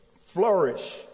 flourish